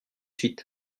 suite